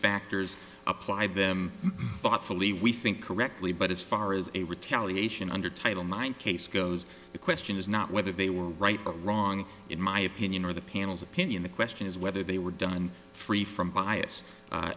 factors apply them thoughtfully we think correctly but as far as a retaliation under title nine case goes the question is not whether they were right or wrong in my opinion or the panel's opinion the question is whether they were done free from bias